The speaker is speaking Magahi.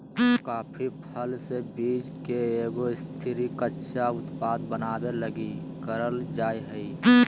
कॉफी फल से बीज के एगो स्थिर, कच्चा उत्पाद बनाबे लगी करल जा हइ